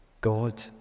God